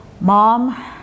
Mom